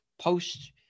Post